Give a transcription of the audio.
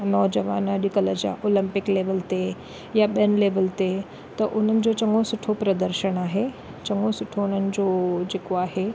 नौजवान अॼुकल्ह जा ओलंपिक लैवल ते या ॿिन लैवल ते त उन्हनि जो चङो सुठो प्रदर्शन आहे चङो सुठो हुननि जो जेको आहे